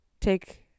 take